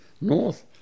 north